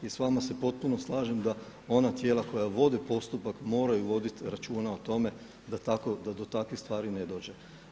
I s vama se potpuno slažem da ona tijela koja vode postupak moraju voditi računa o tome da do takvih stvari ne dođe.